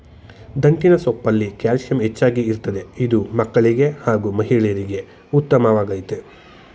ದಂಟಿನ ಸೊಪ್ಪಲ್ಲಿ ಕ್ಯಾಲ್ಸಿಯಂ ಹೆಚ್ಚಾಗಿ ಇರ್ತದೆ ಇದು ಮಕ್ಕಳಿಗೆ ಹಾಗೂ ಮಹಿಳೆಯರಿಗೆ ಉತ್ಮವಾಗಯ್ತೆ